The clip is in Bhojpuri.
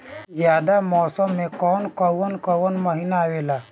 जायद मौसम में कौन कउन कउन महीना आवेला?